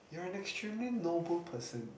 you're an extremely noble person